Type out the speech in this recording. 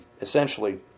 essentially